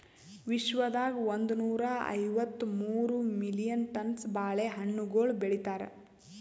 ವಿಶ್ವದಾಗ್ ಒಂದನೂರಾ ಐವತ್ತ ಮೂರು ಮಿಲಿಯನ್ ಟನ್ಸ್ ಬಾಳೆ ಹಣ್ಣುಗೊಳ್ ಬೆಳಿತಾರ್